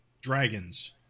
dragons